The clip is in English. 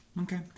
Okay